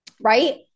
right